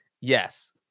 yes